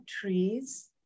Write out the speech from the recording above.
trees